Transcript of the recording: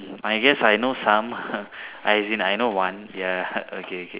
mm I guess I know some as in I know one ya okay okay